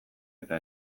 eta